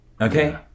Okay